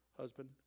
husband